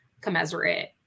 commensurate